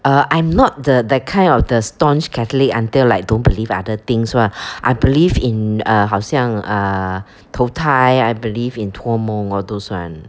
err I'm not the the kind of the staunch catholic until like don't believe other things one I believe in uh 好像 err 脱胎 I believe in 托梦 all those one